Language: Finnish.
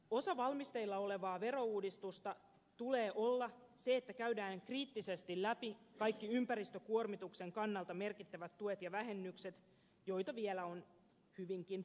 osana valmisteilla olevaa verouudistusta tulee olla sen että käydään kriittisesti läpi kaikki ympäristökuormituksen kannalta merkittävät tuet ja vähennykset joita vielä on hyvinkin paljon